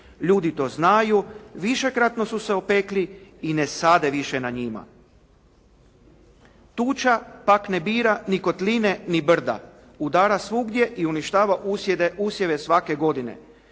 Ljudi to znaju, višekratno su se opekli i ne sade više na njima. Tuča pak ne bira ni kotline ni brda, udara svugdje i uništava usjeve svake godine.